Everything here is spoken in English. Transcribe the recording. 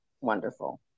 wonderful